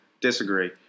Disagree